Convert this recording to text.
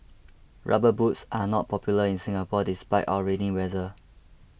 rubber boots are not popular in Singapore despite our rainy weather